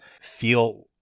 feel